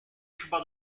chyba